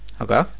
okay